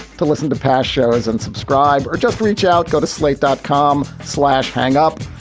to listen to past shows and subscribe or just reach out, go to slate dot com, slash hang up.